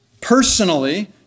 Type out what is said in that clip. personally